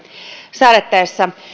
säädettäessä